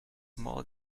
more